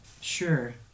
Sure